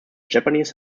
japanese